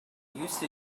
use